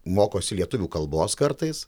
mokosi lietuvių kalbos kartais